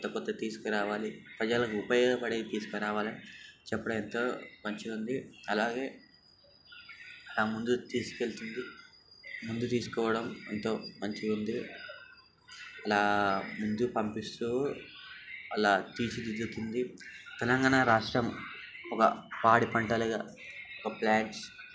క్రొత్త క్రొత్త తీసుకురావాలి ప్రజలకు ఉపయోగపడేవి తీసుకురావాలి చెప్పడం ఎంతో మంచిగా ఉంది అలాగే ముందుకు తీసుకెళుతుంది ముందుకు తీసుకుపోవడం ఎంతో మంచిగా ఉంది ఇలా ముందుకు పంపిస్తూ అలా తీర్చిదిద్దుతుంది తెలంగాణ రాష్ట్రం ఒక పాడి పంటలుగా ఒక ప్లాట్స్